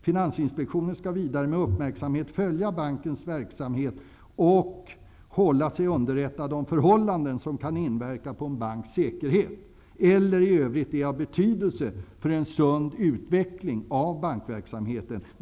Finansinspektionen skall vidare med uppmärksamhet följa bankens verksamhet och hålla sig underrättad om förhållanden som kan inverka på en banks säkerhet eller i övrigt är av betydelse för en sund utveckling av bankverksamheten.